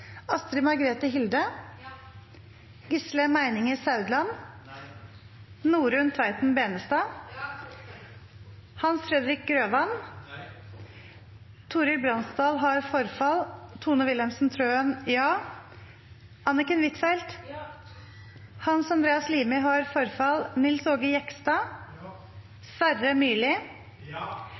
Astrid Margrethe Hilde, Norunn Tveiten Benestad, Tone Wilhelmsen Trøen, Anniken Huitfeldt, Nils Aage Jegstad, Sverre Myrli,